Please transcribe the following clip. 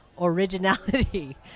Originality